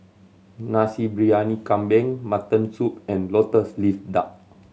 Nasi Briyani Kambing mutton soup and Lotus Leaf Duck